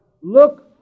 Look